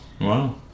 Wow